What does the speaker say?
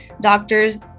doctors